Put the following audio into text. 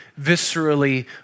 viscerally